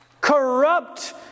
Corrupt